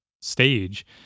stage